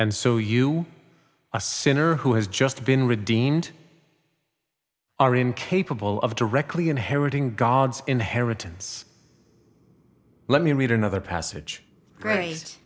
and so you a sinner who has just been redeemed are incapable of directly inheriting god's inheritance let me read another passage